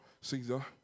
Caesar